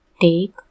take